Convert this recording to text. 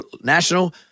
national